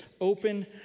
open